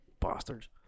Bastards